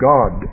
God